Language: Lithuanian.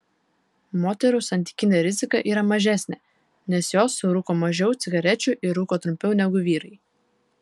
moterų santykinė rizika yra mažesnė nes jos surūko mažiau cigarečių ir rūko trumpiau negu vyrai